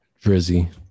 Drizzy